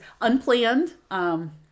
unplanned